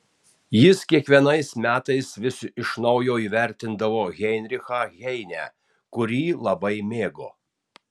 jis kiekvienais metais vis iš naujo įvertindavo heinrichą heinę kurį labai mėgo